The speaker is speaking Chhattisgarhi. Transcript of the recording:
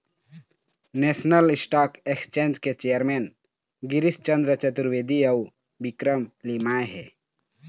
नेशनल स्टॉक एक्सचेंज के चेयरमेन गिरीस चंद्र चतुर्वेदी अउ विक्रम लिमाय हे